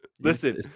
Listen